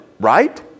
right